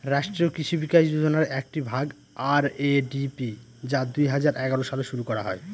রাষ্ট্রীয় কৃষি বিকাশ যোজনার একটি ভাগ আর.এ.ডি.পি যা দুই হাজার এগারো সালে শুরু করা হয়